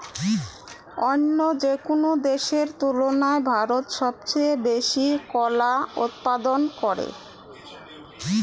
অইন্য যেকোনো দেশের তুলনায় ভারত সবচেয়ে বেশি কলা উৎপাদন করে